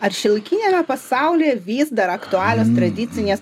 ar šiuolaikiniame pasaulyje vis dar aktualios tradicinės